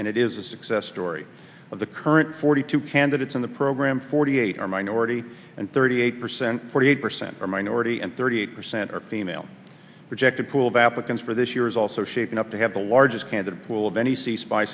and it is a success story of the current forty two candidates in the program forty eight are minority and thirty eight percent forty eight percent are minority and thirty eight percent are female projected pool of applicants for this year is also shaping up to have the largest candidate pool of any